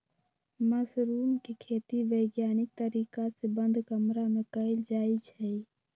mushroom के खेती वैज्ञानिक तरीका से बंद कमरा में कएल जाई छई